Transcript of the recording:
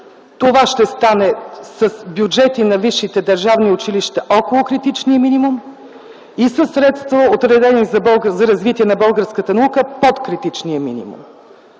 Това ще стане с бюджети на висшите държавни училища около критичния минимум и със средства, отредени за българската наука – под критичния минимум.